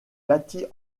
bâtie